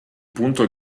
punto